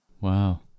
Wow